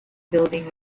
building